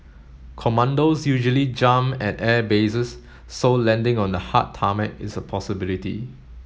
commandos usually jump at airbases so landing on the hard tarmac is a possibility